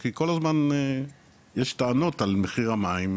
כי כל הזמן יש טענות על מחיר המים,